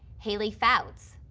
haley fouts,